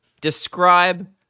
describe